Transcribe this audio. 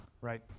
Right